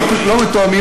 אנחנו לא מתואמים,